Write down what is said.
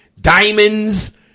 diamonds